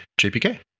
jpk